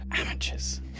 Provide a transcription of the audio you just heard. Amateurs